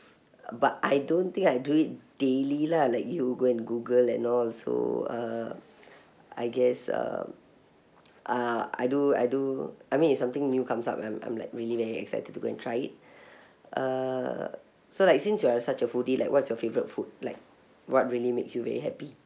but I don't think I do it daily lah like you go and google and all so uh I guess uh uh I do I do I mean if something new comes up and I'm like really very excited to go and try it uh so like since you are such a foodie like what's your favorite food like what really makes you very happy